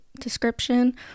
description